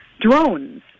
drones